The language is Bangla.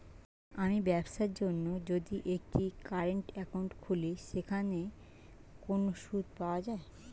আমি ব্যবসার জন্য যদি একটি কারেন্ট একাউন্ট খুলি সেখানে কোনো সুদ পাওয়া যায়?